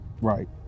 right